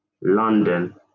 London